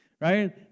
right